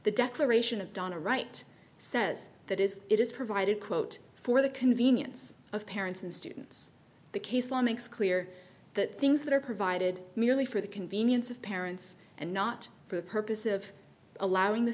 the declaration of donna wright says that is it is provided quote for the convenience of parents and students the case law makes clear that things that are provided merely for the convenience of parents and not for the purpose of allowing the